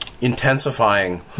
intensifying